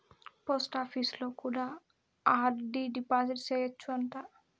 పోస్టాపీసులో కూడా RD deposit సేయచ్చు అంట